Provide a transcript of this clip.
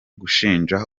gushinja